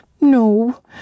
No